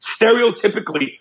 stereotypically